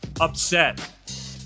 upset